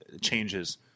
changes